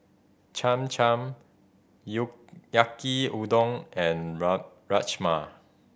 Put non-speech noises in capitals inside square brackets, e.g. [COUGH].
Cham Cham [UNINTELLIGIBLE] Yaki Udon and [UNINTELLIGIBLE] Rajma